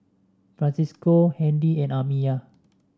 Francisco Handy and Amiyah